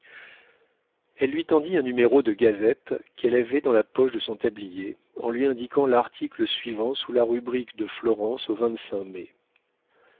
elle lui tendit un numéro de gazette qu'elle avait dans la poche de son tablier en lui indiquant l'article suivant sous la rubrique de florence au mai